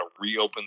reopen